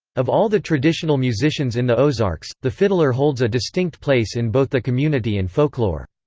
of all the traditional musicians in the ozarks, the fiddler holds a distinct place in both the community and folklore.